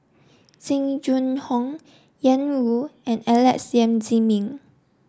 Jing Jun Hong Ian Woo and Alex Yam Ziming